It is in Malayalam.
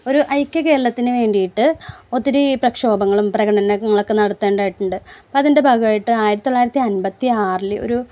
ഒരു ഐക്യ കേരളത്തിന് വേണ്ടിയിട്ട് ഒത്തിരി പ്രക്ഷോഭങ്ങളും പ്രകടനങ്ങളൊക്കെ നടത്തേണ്ടതായിട്ടുണ്ട് അപ്പം അതിൻ്റെ ഭാഗമായിട്ട് ആയിരത്തി തൊള്ളായിരത്തി അമ്പത്തിയാറിൽ ഒരു